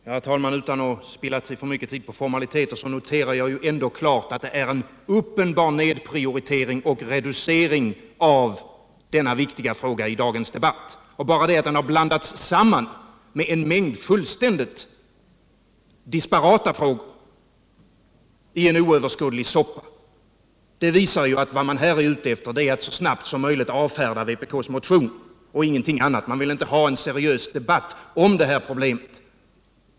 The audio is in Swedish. Herr talman! Utan att spilla för mycken tid på formaliteter noterar jag ändå klart, att det är en uppenbar nedprioritering och reducering av den viktiga alkoholfrågan i dagens debatt. Bara det att den har blandats samman med en mängd fullständigt disparata frågor i en oöverskådlig soppa visar ju att vad man här är ute efter är att så snabbt som möjligt avfärda vpk:s motion, ingenting annat. Man vill inte ha en seriös debatt om det här problemet.